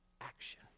action